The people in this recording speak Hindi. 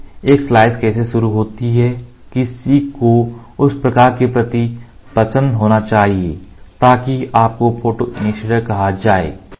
तो एक स्लाइस कैसे शुरू होता है किसी को उस प्रकाश के प्रति पसंद होना चाहिए ताकि उसको फोटोइनिशीऐटर कहा जाए